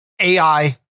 AI